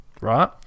right